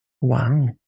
Wow